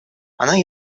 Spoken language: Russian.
она